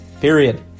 Period